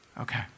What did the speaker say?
okay